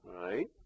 right